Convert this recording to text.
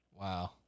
wow